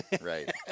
right